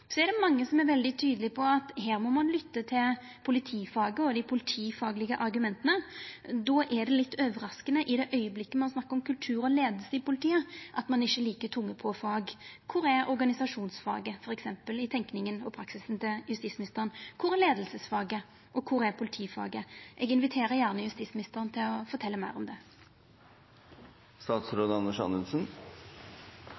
er det mange som er veldig tydelege på at her må ein lytta til politifaget og dei politifaglege argumenta. Då er det litt overraskande, i den augneblinken ein snakkar om kultur og leiing i politiet, at fag ikkje veg like tungt. Kvar er f.eks. organisasjonsfaget i tenkinga og praksisen til justisministeren? Kvar er leiingsfaget, og kvar er politifaget? Eg inviterer gjerne justisministeren til å fortelja meir om